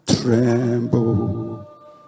tremble